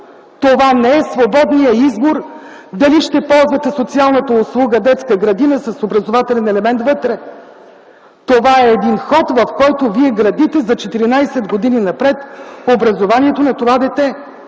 Това не е свободният избор дали ще ползвате социалната услуга „Детска градина” с образователен елемент вътре. Това е един ход, в който вие градите за 14 години напред образованието на това дете.